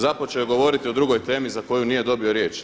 Započeo je govoriti o drugoj temi za koju nije dobio riječ.